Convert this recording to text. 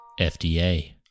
FDA